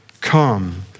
come